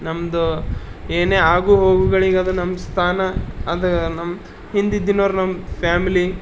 ನಮ್ಮದು ಏನೇ ಆಗುಹೋಗುಗಳಿಗೆ ಅದು ನಮ್ಮ ಸ್ಥಾನ ಅದು ನಮ್ಮ ಹಿಂದಿದ್ದಿನೋರು ನಮ್ಮ ಫ್ಯಾಮ್ಲಿ